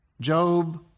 Job